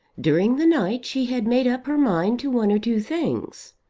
during the night she had made up her mind to one or two things.